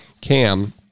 Cam